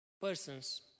persons